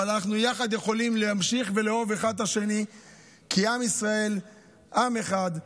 אבל אנחנו יחד יכולים להמשיך ולאהוב אחד את השני כי עם ישראל עם אחד.